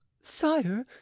sire